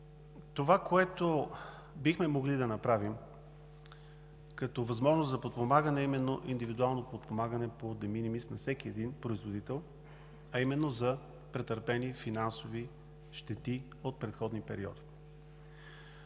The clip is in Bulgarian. Това, което бихме могли да направим като възможност за подпомагане, е именно индивидуално подпомагане по de minimis на всеки един производител – за претърпени финансови щети от предходни периоди.